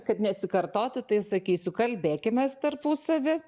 kad nesikartoti tai sakysiu kalbėkimės tarpusavy